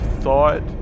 thought